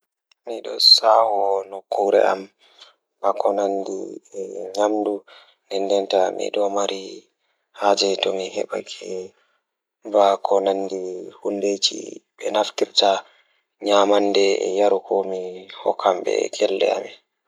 Miɗo saawaa nokkure am So tawii miɗo waɗa waawde njamaaji ngal e nder charity ngal, mi waɗataa njiddaade fiyaangu e hoore, sabu njamaaji ngal nguu waawataa njiddaade njam. Ko fiyaangu goɗɗo miɗo waɗaa ndiyam, njamaaji ngal o waawataa njiddaade njam e fiyaangu goɗɗo.